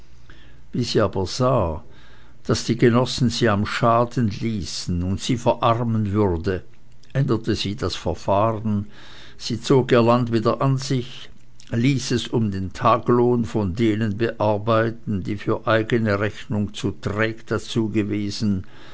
sie aber sah daß die genossen sie am schaden ließen und sie verarmen würde änderte sie das verfahren sie zog ihr land wieder an sich ließ es um den tagelohn von denen bearbeiten die für eigene rechnung zu träg dazu gewesen